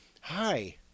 hi